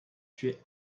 tuer